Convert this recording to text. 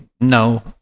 no